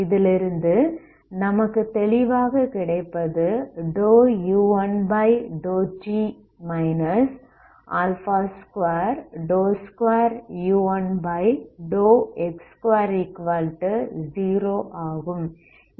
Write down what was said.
இதிலிருந்து நமக்கு தெளிவாக கிடைப்பது u1∂t 22u1x20 ஆகும்